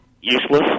Useless